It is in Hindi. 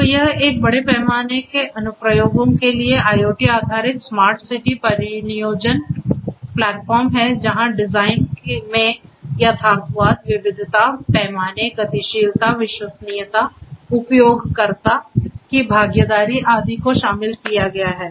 तो यह एक बड़े पैमाने के अनुप्रयोगों के लिए IoT आधारित स्मार्ट सिटी परिनियोजन प्लेटफॉर्म है जहां डिजाइन मे यथार्थवाद विविधता पैमाने गतिशीलता विश्वसनीयता उपयोगकर्ता की भागीदारी आदि को शामिल किया गया है